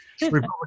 Republican